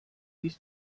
die